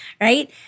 Right